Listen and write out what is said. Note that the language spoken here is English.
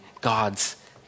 God's